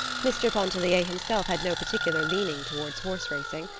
mr. pontellier himself had no particular leaning toward horseracing,